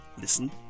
listen